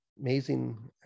Amazing